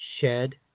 shed